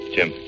Jim